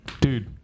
Dude